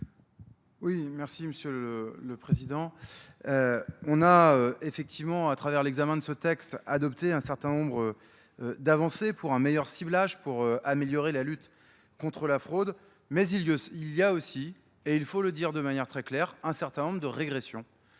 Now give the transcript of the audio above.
Oui, merci Monsieur le Président. On a effectivement à travers l'examen de ce texte adopté un certain nombre d'avancées pour un meilleur ciblage, pour améliorer la lutte contre la fraude. Mais il y a aussi, et il faut le dire de manière très claire, un certain nombre de régressions